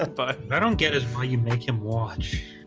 but but i don't get is where you make him watch